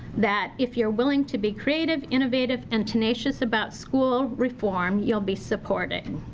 that if you're willing to be creative, innovative, and tenacious about school reform you'll be supported.